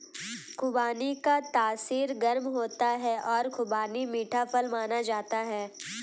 खुबानी का तासीर गर्म होता है और खुबानी मीठा फल माना जाता है